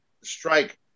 Strike